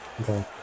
okay